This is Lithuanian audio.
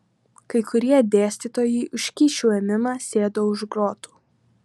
kai kurie dėstytojai už kyšių ėmimą sėdo už grotų